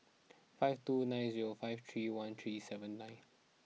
five two nine zero five three one three seven nine